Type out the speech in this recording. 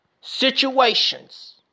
situations